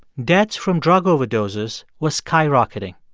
deaths from drug overdoses were skyrocketing.